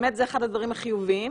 זה אחד הדברים החיוביים.